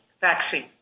vaccine